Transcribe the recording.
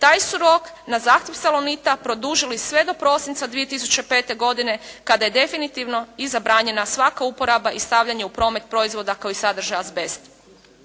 taj su rok na zahtjev Salonita produžili sve do prosinca 2005. godine kada je definitivno i zabranjena svaka uporaba i stavljanje u promet proizvoda koji sadrže azbest.